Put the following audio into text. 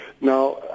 Now